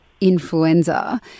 influenza